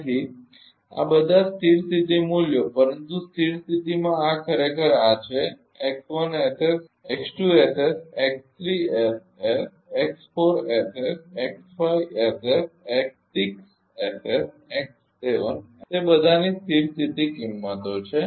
તેથી આ બધા સ્થિર સ્થિતી મૂલ્યો પરંતુ સ્થિર સ્થિતિમાં આ ખરેખર આ છે તે બધાની સ્થિર સ્થિતી કિંમતો છે